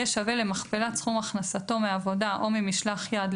יהיה שווה למכפלת סכום הכנסתו מעבודה או ממשלח ידו,